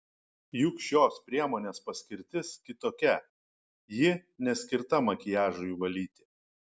juk šios priemonės paskirtis kitokia ji neskirta makiažui valyti